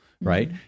right